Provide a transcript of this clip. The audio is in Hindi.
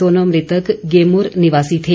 दोनों मृतक गेमुर निवासी थे